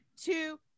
two